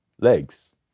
legs